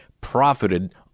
profited